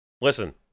Listen